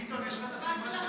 ביטון, יש לך את הסימן של הכרית.